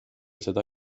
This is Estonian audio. seda